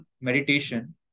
meditation